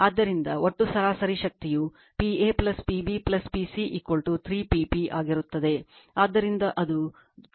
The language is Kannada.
ಆದ್ದರಿಂದ ಒಟ್ಟು ಸರಾಸರಿ ಶಕ್ತಿಯು P a P b P c 3 P p ಆಗಿರುತ್ತದೆ ಆದ್ದರಿಂದ ಅದು 3 Vp I p cos ಆಗಿರುತ್ತದೆ